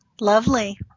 Lovely